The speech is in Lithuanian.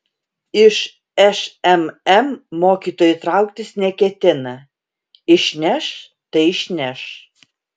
iš šmm mokytojai trauktis neketina išneš tai išneš